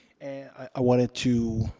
i wanted to,